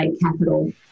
capital